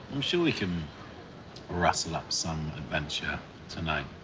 i'm sure we can rustle up some adventure tonight.